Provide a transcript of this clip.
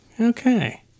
Okay